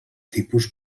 tipus